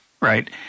right